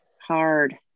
hard